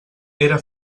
era